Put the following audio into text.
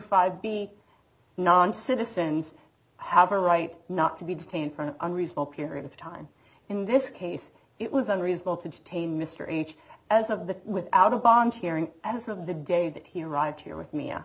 dollars be non citizens have a right not to be detained for an unreasonable period of time in this case it was unreasonable to detain mr h as of the without a bond hearing as of the day that he arrived here with m